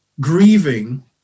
grieving